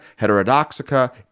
heterodoxica